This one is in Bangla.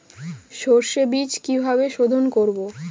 সর্ষে বিজ কিভাবে সোধোন করব?